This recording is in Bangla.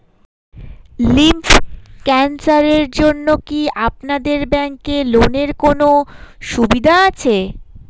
লিম্ফ ক্যানসারের জন্য কি আপনাদের ব্যঙ্কে লোনের কোনও সুবিধা আছে?